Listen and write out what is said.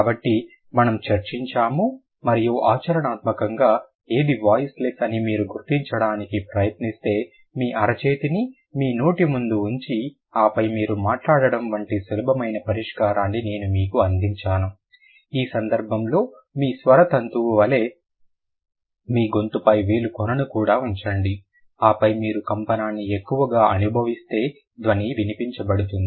కాబట్టి మనము చర్చించాము మరియు ఆచరణాత్మకంగా ఏది వాయిస్లెస్ అని మీరు గుర్తించడానికి ప్రయత్నిస్తే మీ అరచేతిని మీ నోటి ముందు ఉంచి ఆపై మీరు మాట్లాడటం వంటి సులభమైన పరిష్కారాన్ని నేను మీకు అందించాను ఈ సందర్భంలో మీ స్వర తంతు వలె మీ గొంతుపై వేలి కొనను కూడా ఉంచండి ఆపై మీరు కంపనాన్ని ఎక్కువగా అనుభవిస్తే ధ్వని వినిపించబడుతుంది